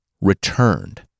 returned